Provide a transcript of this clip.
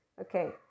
Okay